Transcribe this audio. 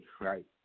right